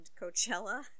Coachella